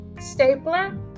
stapler